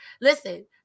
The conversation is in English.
listen